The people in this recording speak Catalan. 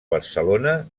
barcelona